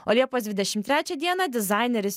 o liepos dvidešim trečią dieną dizaineris